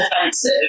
defensive